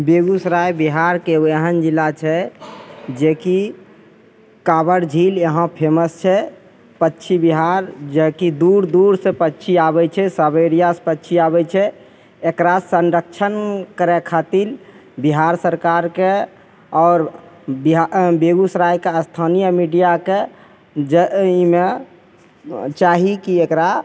बेगूसराय बिहारके एगो एहन जिला छै जेकि काँवर झील यहाँ फेमस छै पक्षी विहार जेकि दूर दूरसे पक्षी आबै छै साइबेरियासे पक्षी आबै छै एकरा संरक्षण करै खातिर बिहार सरकारके आओर बिहा बेगूसरायके स्थानीय मीडिआके जे एहिमे चाही कि एकरा